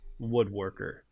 woodworker